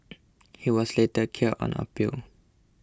he was later cleared on appeal